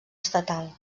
estatal